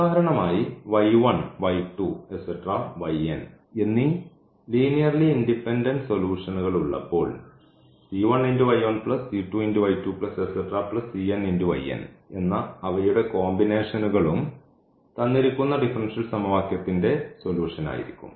ഉദാഹരണമായി എന്നീ linearly independent സൊലൂഷൻഉകൾ ഉള്ളപ്പോൾ എന്ന അവയുടെ കോമ്പിനേഷനുകളും തന്നിരിക്കുന്ന ഡിഫറൻഷ്യൽ സമവാക്യത്തിന്റെ സൊലൂഷൻ ആയിരിക്കും